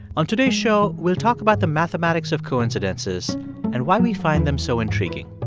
on today's show, we'll talk about the mathematics of coincidences and why we find them so intriguing.